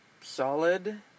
solid